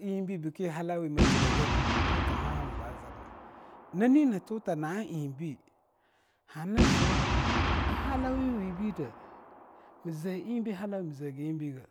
Eingbei bki halawawi mzre gane a eing kauhahamo ba zrna nani nto ta na'a eingbei hana ziu ahalawa wibide mze eing a halawawibei mzege eingbeige